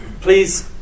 please